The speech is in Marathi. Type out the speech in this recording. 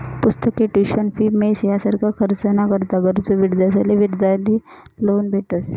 पुस्तके, ट्युशन फी, मेस यासारखा खर्च ना करता गरजू विद्यार्थ्यांसले विद्यार्थी लोन भेटस